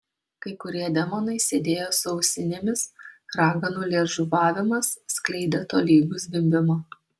kai kurie demonai sėdėjo su ausinėmis raganų liežuvavimas skleidė tolygų zvimbimą